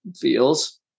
feels